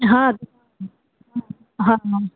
हा हा हा